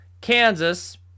kansas